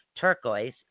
Turquoise